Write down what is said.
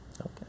Okay